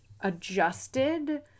adjusted